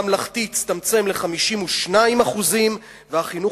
החינוך הממלכתי הצטמצם ל-52% והחינוך